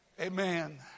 amen